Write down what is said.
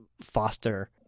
foster